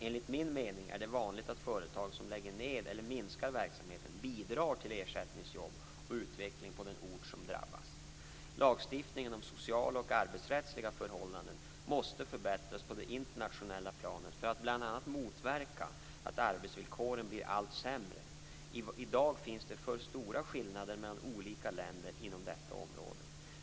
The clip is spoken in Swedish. Enligt min mening är det vanligt att företag som lägger ned eller minskar verksamheten bidrar till ersättningsjobb och utveckling på den ort som drabbas. Lagstiftningen om sociala och arbetsrättsliga förhållanden måste förbättras på det internationella planet för att bl.a. motverka att arbetsvillkoren blir allt sämre. I dag finns det för stora skillnader mellan olika länder inom detta område.